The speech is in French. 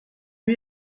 lui